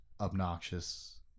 obnoxious